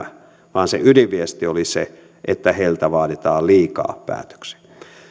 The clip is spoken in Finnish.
vaan se ydinviesti oli se että heiltä vaaditaan liikaa päätöksiä